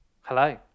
Hello